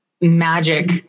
magic